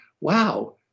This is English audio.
wow